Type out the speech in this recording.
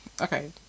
okay